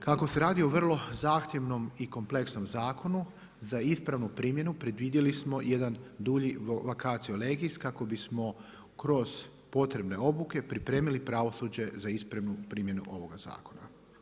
Kako se radi o vrlo zahtjevnom i kompleksnom zakonu, za ispravnu primjenu predvidjeli smo jedan dulji … kako bismo kroz potrebne obuke pripremili pravosuđe za ispravnu primjenu ovog zakona.